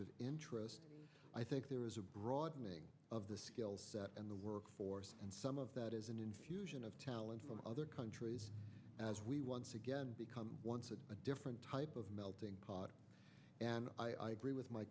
is interest i think there is a broadening of the skills in the workforce and some of that is an infusion of talent from other countries as we once again become once a different type of melting pot and i agree with my